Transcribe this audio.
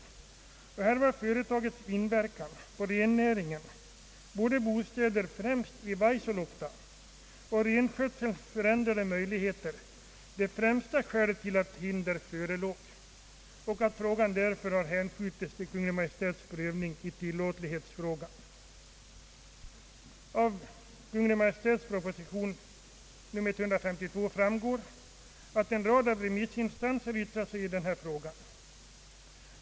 Och här var företagets inverkan på bostäder, främst i Vaisaluokta, och renskötselns förändrade möjligheter det främsta skälet till att hinder förelåg och att frågan därför hänskjutits till Kungl. Maj:ts prövning i tillåtlighetsfrågan. Av Kungl. Maj:ts proposition nr 152 framgår att en rad remissinstanser yttrat sig.